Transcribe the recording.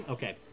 Okay